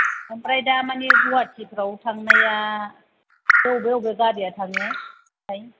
ओमफ्राय दा माने गुवाहाटिफ्राव थांनाया बबे बबे गारिया थाङो थाय